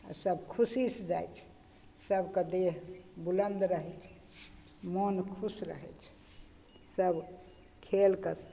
आओर सब खुशीसँ जाइ छै सबके देह बुलन्द रहय छै मोन खुश रहय छै सब खेलके